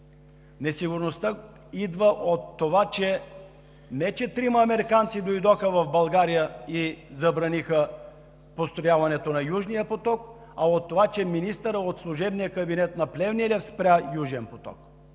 Несигурността идва не от това, че трима американци дойдоха в България и забраниха построяването на „Южния поток“, а от това, че министърът от служебния кабинет на Плевнелиев спря „Южен поток“,